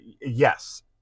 Yes